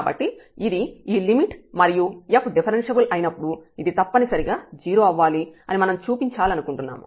కాబట్టి ఇది ఈ లిమిట్ మరియు f డిఫరెన్ష్యబుల్ అయినప్పుడు ఇది తప్పనిసరిగా 0 అవ్వాలి అని మనం చూపించాలనుకుంటున్నాము